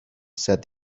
said